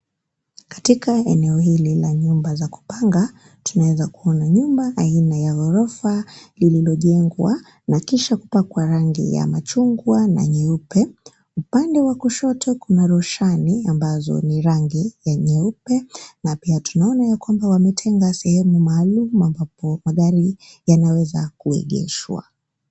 Katika eneo hili la nyumba za kupanga tunaweza kuona nyumba aina ya gorofa lililo jengwa na kisha kupakwa rangi ya machungwa na nyeup. Upande wa kushoto kuna rushani ambazo ni rangi ya nyeupe na pia tunaona ya kwamba wametenga sehemu maalum ambapo magari yanaweza kuegeshwa.